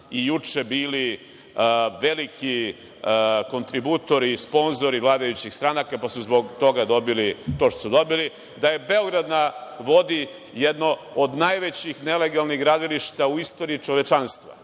i juče bili veliki kontributori i sponzori vladajućih stranaka, pa su zbog toga dobili to što su dobili. Da je Beograd na vodi jedno od najvećih nelegalnih gradilišta u istoriji čovečanstva,